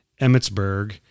Emmitsburg